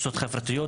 ברשויות החברתיות,